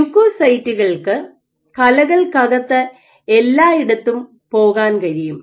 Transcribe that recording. ല്യൂക്കോസൈറ്റുകൾക്ക് കലകൾക്കകത്ത് എല്ലായിടത്തും പോകാൻ കഴിയും